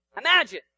Imagine